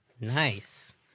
Nice